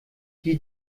die